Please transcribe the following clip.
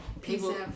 people